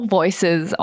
voices